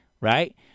right